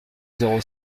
zéro